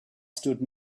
stood